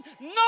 no